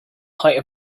height